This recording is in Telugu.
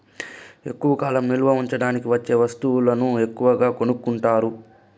ఎక్కువ కాలం నిల్వ ఉంచడానికి వచ్చే వస్తువులను ఎక్కువగా కొనుక్కుంటారు